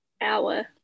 hour